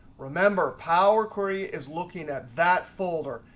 remember power query is looking at that folder.